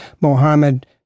Mohammed